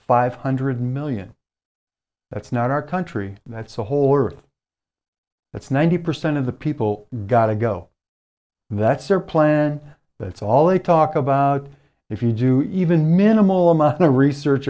five hundred million that's not our country that's the whole earth that's ninety percent of the people got to go that's their plan that's all they talk about if you do even minimal amount of research